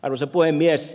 arvoisa puhemies